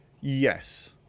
yes